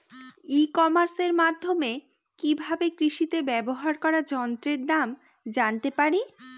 ই কমার্সের মাধ্যমে কি ভাবে কৃষিতে ব্যবহার করা যন্ত্রের দাম জানতে পারি?